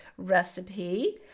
Recipe